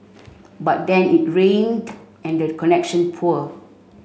but then it rained and the connection poor